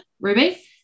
Ruby